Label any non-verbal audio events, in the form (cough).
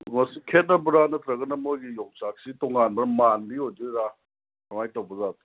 (unintelligible) ꯈꯦꯠꯅꯕ꯭ꯔꯥ ꯅꯠꯇ꯭ꯔꯅ ꯃꯣꯏꯒꯤ ꯌꯣꯡꯆꯥꯛꯁꯤ ꯇꯣꯉꯥꯟꯕ ꯃꯥꯟꯕꯤ ꯑꯣꯏꯗꯣꯏꯔꯥ ꯀꯃꯥꯏꯅ ꯇꯧꯕꯖꯥꯠꯅꯣ